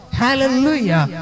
hallelujah